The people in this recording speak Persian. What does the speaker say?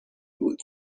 بود